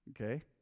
Okay